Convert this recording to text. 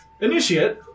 Initiate